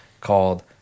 called